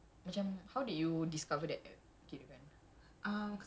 yes actually how did how did you get into tiktok